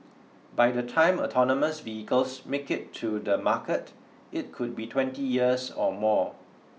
by the time autonomous vehicles make it to the market it could be twenty years or more